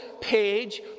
page